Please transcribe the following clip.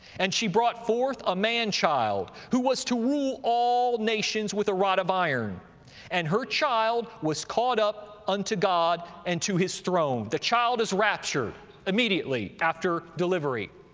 and she brought forth a man child, who was to rule all nations with a rod of iron and her child was caught up unto god, and to his throne. the child is raptured immediately after delivery.